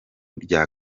rya